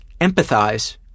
empathize